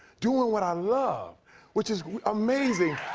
doing what i love which is amazing